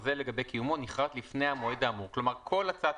והחוזה לגבי קיומו נכרת לפני המועד האמור," כלומר כל הצעת